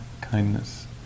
kindness